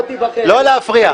לא להפריע.